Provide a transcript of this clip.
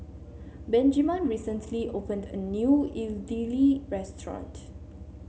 Benjiman recently opened a new Idili restaurant